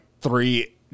three